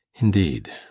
indeed